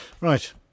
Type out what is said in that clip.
Right